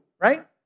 right